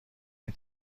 این